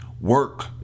Work